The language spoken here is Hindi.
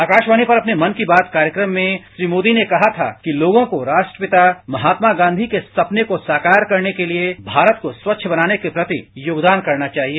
आकाशवाणी पर अपने मन की बात कार्यक्रम में श्री मोदी ने कहा था कि लोगों को राष्ट्रपिता महात्मा गांधी के सपनों को साकार करने के लिए भारत को स्वच्छ बनाने के प्रति योगदान करना चाहिए